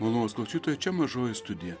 malonūs klausytojai čia mažoji studija